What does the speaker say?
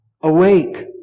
Awake